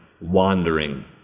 wandering